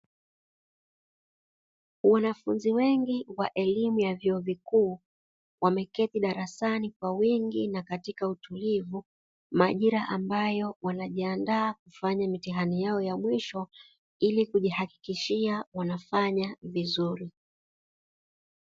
Wanafunzi wengi wa elimu ya vyuo vikuu wameketi darasani kwa wingi na katika utulivu, majira ambayo wanajiandaa kufanya mitihani yao ya mwisho ili kujihakikishia wanafanya vizuri.